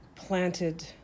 planted